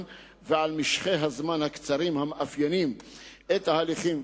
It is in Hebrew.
ועל משכי הזמן הקצרים המאפיינים את ההליכים,